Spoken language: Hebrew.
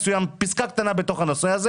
פסקה קטנה בתוך הנושא הזה